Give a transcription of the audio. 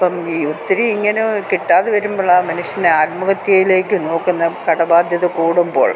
ഇപ്പം ഈ ഒത്തിരി ഇങ്ങനെ കിട്ടാതെ വരുമ്പോഴാണ് മനുഷ്യൻ ആത്മഹത്യയിലേക്ക് നോക്കുന്ന കട ബാധ്യത കൂടുമ്പോൾ